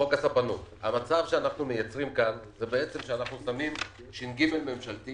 כאן אנחנו בעצם שמים ש"ג ממשלתי